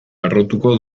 harrotuko